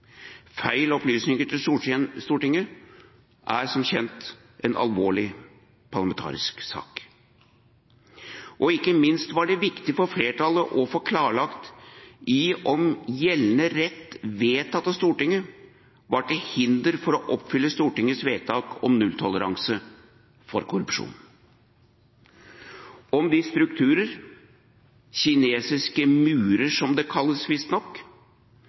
Feil opplysninger til Stortinget er som kjent en alvorlig parlamentarisk sak. Ikke minst var det viktig for flertallet å få klarlagt om gjeldende rett, vedtatt av Stortinget, var til hinder for å oppfylle Stortingets vedtak om nulltoleranse for korrupsjon, om de strukturer – kinesiske murer, som de visstnok kalles